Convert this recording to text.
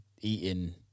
eating